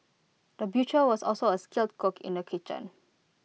the butcher was also A skilled cook in the kitchen